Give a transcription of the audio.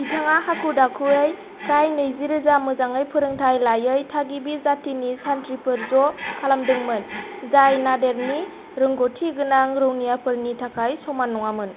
बिथाङा हाखु दाखुयै प्राय नैजिरोजा मोजाङै फोरोंथाय लायै थागिबि जातिनि सान्थ्रिफोर ज' खालामदोंमोन जाय नादेरनि रोंग'थि गोनां रौनियाफोरनि थाखाय समान नङामोन